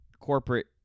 corporate